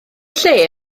lle